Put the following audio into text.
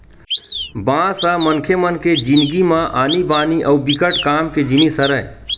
बांस ह मनखे मन के जिनगी म आनी बानी अउ बिकट काम के जिनिस हरय